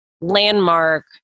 landmark